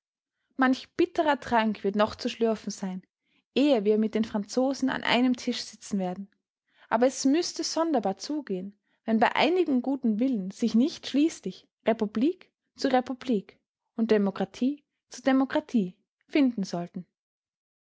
manch bitterer trank wird noch zu schlürfen sein ehe wir mit den franzosen an einem tisch sitzen werden aber es müßte sonderbar zugehen wenn bei einigem guten willen sich nicht schließlich republik zu republik und demokratie zu demokratie finden sollten